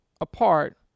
apart